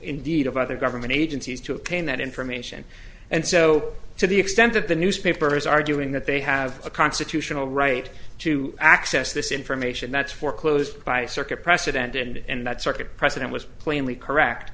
indeed of other government agencies to obtain that information and so to the extent that the newspaper is arguing that they have a constitutional right to access this information that's foreclosed by circuit precedent and that circuit precedent was plainly correct